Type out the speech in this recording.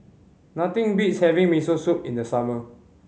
nothing beats having Miso Soup in the summer